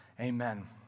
Amen